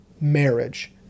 marriage